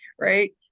right